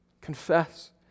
Confess